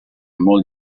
molt